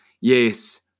yes